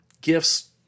gifts